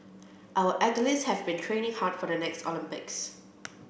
our athletes have been training hard for the next Olympics